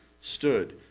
stood